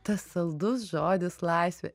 tas saldus žodis laisvė